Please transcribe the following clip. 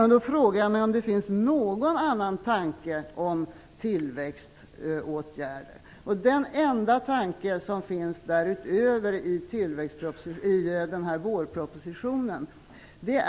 Jag frågar mig då om det finns någon annan tanke om tillväxtåtgärder, och det finns bara en enda tanke därutöver i vårpropositionen.